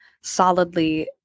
solidly